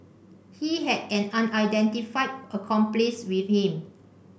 he had an unidentified accomplice with him